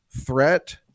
threat